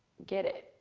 get it.